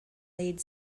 laid